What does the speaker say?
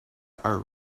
are